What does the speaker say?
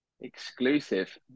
exclusive